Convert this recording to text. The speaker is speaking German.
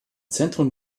zentrum